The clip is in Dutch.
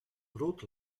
groot